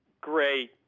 great